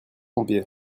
pompiers